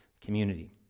community